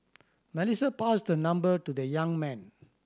Melissa passed her number to the young man